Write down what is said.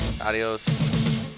Adios